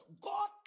God